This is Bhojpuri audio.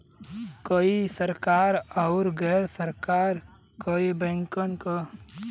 कई सरकरी आउर गैर सरकारी बैंकन कई सुविधा देवत हउवन